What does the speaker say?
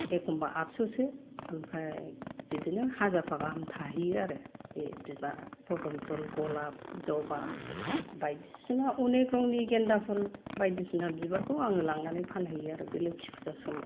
एखमबा आठस'सो ओमफ्राय बिदिनो हाजारफा गाहाम थाहैयो आरो बे बिबारा फदुम फुल गलाब जबा बायदिसिना अनेख रंनि गेन्दा फुल बायदिसिना बिबारखौ आङो लांनानै फानहैयो आरो बे लोखि फुजा समाव